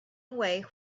away